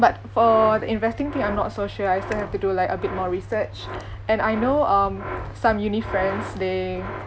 but for the investing thing I'm not so sure I still have to do like a bit more research and I know um some uni friends they